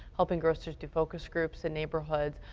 helping grocers do focus groups in neighborhoods.